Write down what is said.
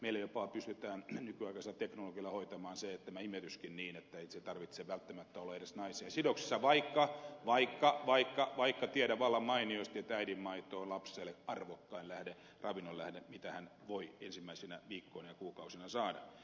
meillä jopa pystytään nykyaikaisella teknologialla hoitamaan tämä imetyskin niin että ei sen tarvitse välttämättä olla edes naiseen sidoksissa vaikka tiedän vallan mainiosti että äidinmaito on lapselle arvokkain ravinnonlähde mitä hän voi ensimmäisinä viikkoina ja kuukausina saada